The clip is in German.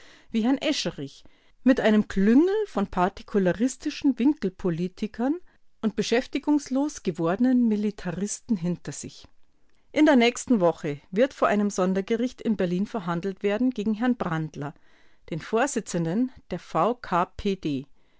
wie herrn escherich mit einem klüngel von partikularistischen winkelpolitikern und beschäftigungslos gewordenen militaristen hinter sich in der nächsten woche wird vor einem sondergericht in berlin verhandelt werden gegen herrn brandler den vorsitzenden der v k p